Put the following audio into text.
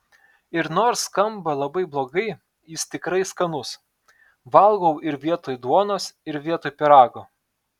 ir nors skamba labai blogai jis tikrai skanus valgau ir vietoj duonos ir vietoj pyrago